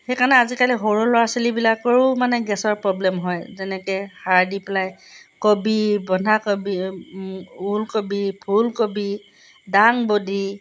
সেইকাৰণে আজিকালি সৰু ল'ৰা ছোৱালীবিলাকৰো মানে গেছৰ প্ৰব্লেম হয় যেনেকৈ সাৰ দি পেলাই কবি বন্ধাকবি ওলকবি ফুলকবি ডাং বডি